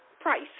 Price